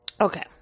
Okay